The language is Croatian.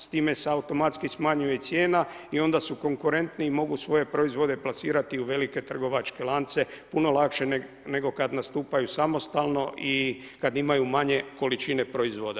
S time se automatski smanjuje i cijena i onda su konkurentni i mogu svoje proizvode plasirati u velike trgovačke lance puno lakše nego kada nastupaju samostalno i kada imaju manje količine proizvoda.